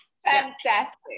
Fantastic